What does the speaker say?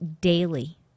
daily